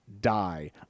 die